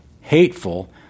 hateful